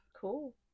cool